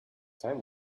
time